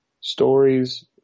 stories